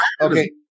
okay